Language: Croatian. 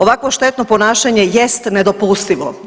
Ovakvo štetno ponašanje jest nedopustivo.